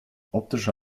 optische